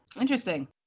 Interesting